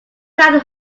that